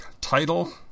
title